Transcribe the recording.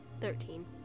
Thirteen